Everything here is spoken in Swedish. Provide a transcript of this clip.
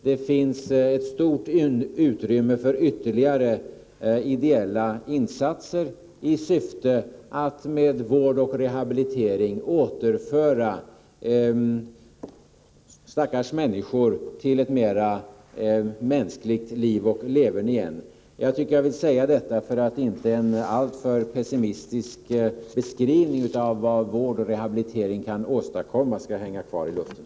Det finns också stort utrymme för ytterligare ideella insatser i syfte att med hjälp av vård och rehabilitering återföra dessa stackars människor till ett mera mänskligt liv och leverne. Jag ville säga detta för att inte en alltför pessimistisk beskrivning av vad vård och rehabilitering kan åstadkomma skall hänga kvar i luften.